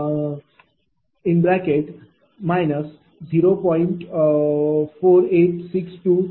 त्यामुळे D1 0